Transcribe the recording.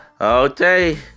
Okay